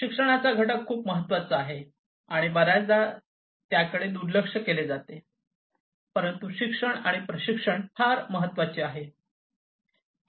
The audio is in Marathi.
शिक्षणाचा घटक खूप महत्वाचा आहे आणि बर्याचदा त्याकडे दुर्लक्ष केले जाते परंतु शिक्षण आणि प्रशिक्षण फार महत्वाचे आहे